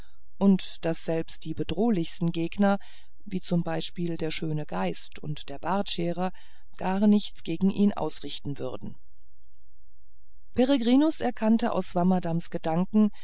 und daß selbst die bedrohlichsten gegner wie z b der schöne geist und der bartscherer gar nichts gegen ihn ausrichten würden peregrinus erkannte aus swammerdamms gedanken